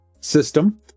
system